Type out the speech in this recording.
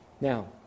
Now